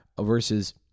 versus